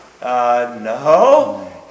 No